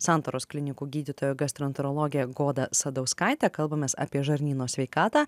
santaros klinikų gydytoja gastroenterologė goda sadauskaitė kalbamės apie žarnyno sveikatą